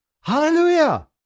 Hallelujah